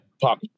pop